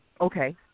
Okay